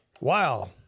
wow